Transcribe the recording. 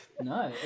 No